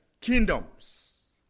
kingdoms